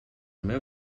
meu